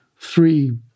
three